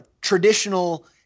traditional